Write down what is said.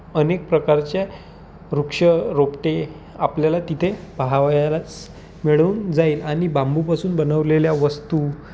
अनेक प्रकारच्या वृक्ष रोपटे आपल्याला तिथे पहावयालाच मिळून जाईल आणि बांबूपासून बनवलेल्या वस्तू